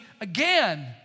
again